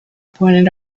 pointed